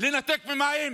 לנתק ממים,